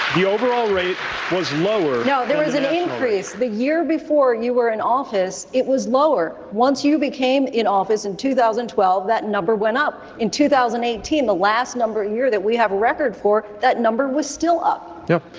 the overall rate was lower no. there was an increase. the year before you were in office, it was lower. once you became in office in two thousand and twelve, that number went up. in two thousand and eighteen, the last number year that we have a record for, that number was still up yep.